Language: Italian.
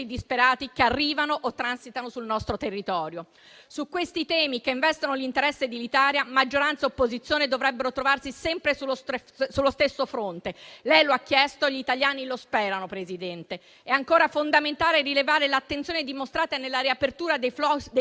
i disperati che arrivano o transitano sul nostro territorio. Su questi temi che investono l'interesse dell'Italia maggioranza e opposizione dovrebbero trovarsi sempre sullo stesso fronte. Lei lo ha chiesto e gli italiani lo sperano, Presidente. È ancora fondamentale rilevare l'attenzione dimostrata nella riapertura dei